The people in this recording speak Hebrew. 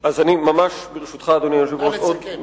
אז אני ממש, ברשותך, אדוני-היושב-ראש, נא לסכם.